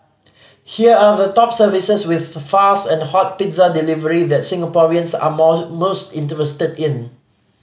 here are the top services with fast and hot pizza delivery that Singaporeans are more most interested in